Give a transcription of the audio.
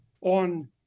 On